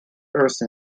first